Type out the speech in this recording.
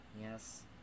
Yes